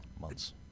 Months